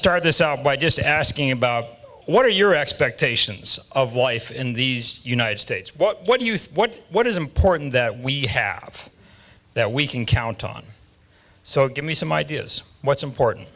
start this out by just asking about what are your expectations of life in these united states what do you think what is important that we have that we can count on so give me some ideas what's important